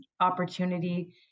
opportunity